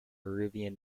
peruvian